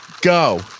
go